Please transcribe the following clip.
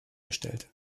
gestellt